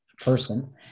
person